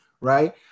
right